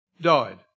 died